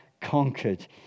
conquered